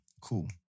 Cool